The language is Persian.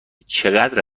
چقدر